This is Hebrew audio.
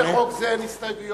גם לחוק זה אין הסתייגויות.